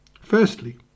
firstly